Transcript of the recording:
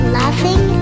laughing